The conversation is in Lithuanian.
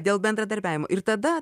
dėl bendradarbiavimo ir tada